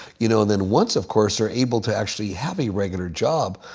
you know then once, of course, they're able to actually have a regular job,